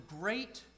great